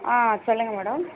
ஆ சொல்லுங்கள் மேடம்